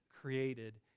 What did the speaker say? created